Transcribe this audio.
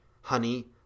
honey